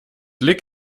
lieg